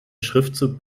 schriftzug